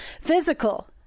physical